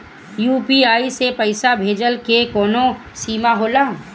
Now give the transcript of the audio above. UPI से पईसा भेजल के कौनो सीमा होला?